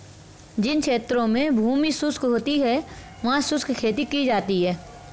जिन क्षेत्रों में भूमि शुष्क होती है वहां शुष्क खेती की जाती है